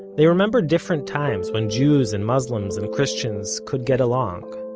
they remember different times when jews and muslims and christians could get along.